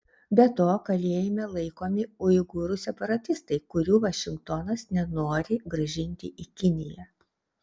be to kalėjime laikomi uigūrų separatistai kurių vašingtonas nenori grąžinti į kiniją